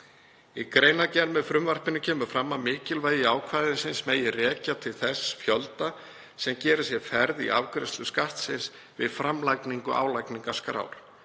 Í greinargerð með frumvarpinu kemur fram að mikilvægi ákvæðisins megi rekja til þess fjölda sem gerir sér ferð í afgreiðslu Skattsins við framlagningu álagningarskrár.